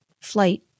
Flight